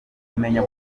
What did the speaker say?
kumenya